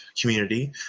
Community